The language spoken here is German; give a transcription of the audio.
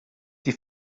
die